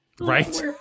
Right